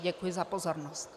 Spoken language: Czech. Děkuji za pozornost.